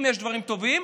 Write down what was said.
אם יש דברים טובים,